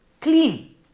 Clean